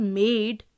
made